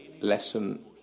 lesson